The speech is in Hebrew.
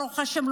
ברוך השם,